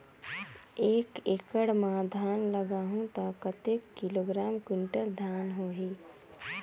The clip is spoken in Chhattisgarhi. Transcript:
एक एकड़ मां धान लगाहु ता कतेक किलोग्राम कुंटल धान होही?